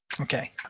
Okay